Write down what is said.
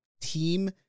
team